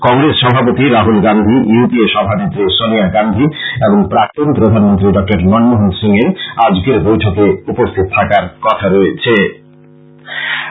কংগ্রেস সভাপতি Rahul Gandhi U P A সভানেত্রী সোনীয়া গান্ধী এবং প্রাক্তন প্রধানমন্ত্রী ডক্টর মনমোহন সিং এর আজকের বৈঠকে উপস্থিত থাকার কথা রয়েছে